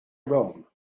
rome